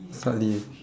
slightly